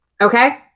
okay